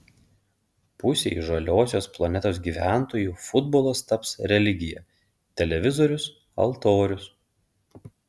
pusei žaliosios planetos gyventojų futbolas taps religija televizorius altorius